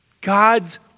God's